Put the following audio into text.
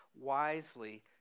wisely